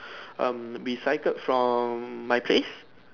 um we cycled from my place